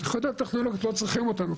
מהיחידות הטכנולוגיות לא צריכים אותנו,